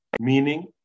meaning